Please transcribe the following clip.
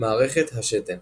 מערכת השתן